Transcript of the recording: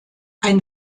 ein